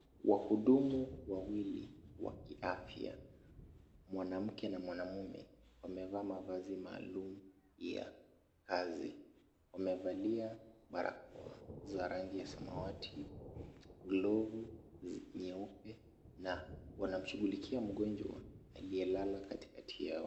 Wahudumu wawili wa kiafya mwanamke na mwanamume wamevaa mavazi maalum ya kazi, wamevalia barakoa za rangi ya samawati, glavu nyeupe na wanashughulikia mgonjwa aliyelala katikati yao.